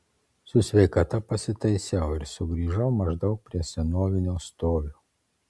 su sveikata pasitaisiau ir sugrįžau maždaug prie senovinio stovio